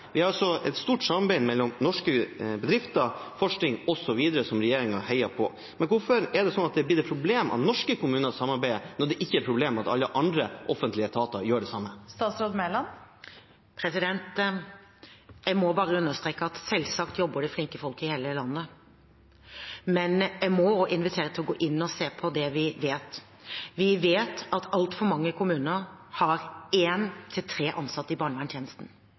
Vi har et stort samarbeid mellom norske bedrifter, forskning, osv., som regjeringen heier på, men hvorfor har det blitt et problem at norske kommuner samarbeider, når det ikke er et problem at alle andre offentlige etater gjør det samme? Jeg må bare understreke at det selvsagt jobber flinke folk i hele landet. Men jeg må også invitere til å gå inn og se på det vi vet. Vi vet at altfor mange kommuner har én til tre ansatte i